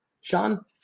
Sean